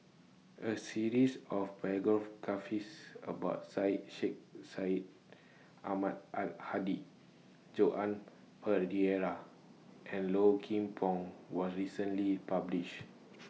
A series of about Syed Sheikh Syed Ahmad Al Hadi Joan Pereira and Low Kim Pong was recently published